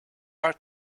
are